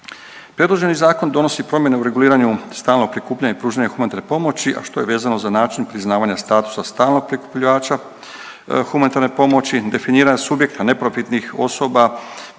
Predloženi zakon donosi promjene u reguliranju stalno prikupljanje i pružanje humanitarne pomoći, a što je vezano za način priznavanja statusa stalnog prikupljača humanitarne pomoći, definiranja subjekta neprofitnih osoba